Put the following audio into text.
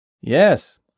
Yes